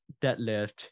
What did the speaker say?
deadlift